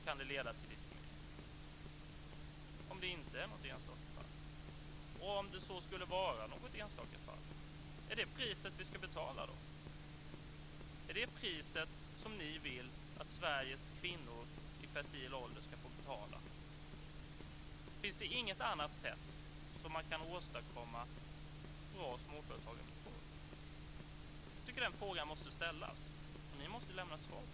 Vad händer om det inte bara gäller enstaka fall? Anta att det bara gäller något enstaka fall. Jag undrar ändå om det är priset vi ska betala. Är detta det pris som ni vill att Sveriges kvinnor i fertil ålder ska få betala? Finns det inget annat sätt att åstadkomma bra småföretagarvillkor? Jag tycker att den frågan måste ställas, och ni måste lämna ett svar på den.